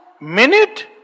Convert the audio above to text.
minute